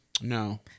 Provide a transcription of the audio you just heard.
No